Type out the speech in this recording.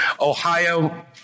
Ohio